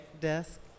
desk